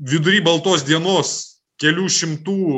vidury baltos dienos kelių šimtų